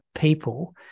people